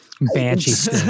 banshee